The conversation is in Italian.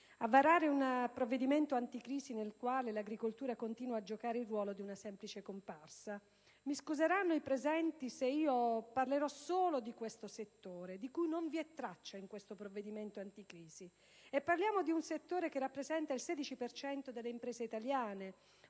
a varare un provvedimento anticrisi nel quale l'agricoltura continua a giocare il ruolo di una semplice comparsa. Mi scuseranno i presenti se parlerò solo di questo settore, di cui non vi è traccia in questo provvedimento anticrisi. Stiamo parlando di un comparto che rappresenta il 16 per cento delle imprese italiane